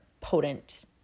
potent